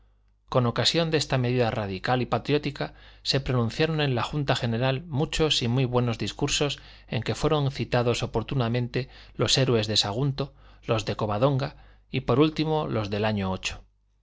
con ocasión de esta medida radical y patriótica se pronunciaron en la junta general muchos y muy buenos discursos en que fueron citados oportunamente los héroes de sagunto los de covadonga y por último los del año ocho